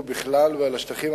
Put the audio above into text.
לא, זו טרומית.